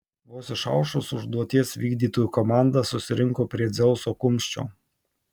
vos išaušus užduoties vykdytojų komanda susirinko prie dzeuso kumščio